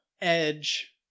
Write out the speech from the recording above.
Edge